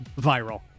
viral